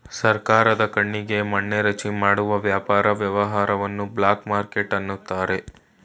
ಸರ್ಕಾರದ ಕಣ್ಣಿಗೆ ಮಣ್ಣೆರಚಿ ಮಾಡುವ ವ್ಯಾಪಾರ ವ್ಯವಹಾರವನ್ನು ಬ್ಲಾಕ್ ಮಾರ್ಕೆಟ್ ಅನ್ನುತಾರೆ